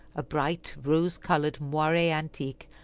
a bright rose-colored moire-antique,